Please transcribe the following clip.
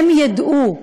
הם ידעו: